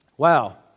Wow